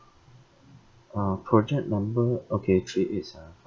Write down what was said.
ah project number okay three eights ah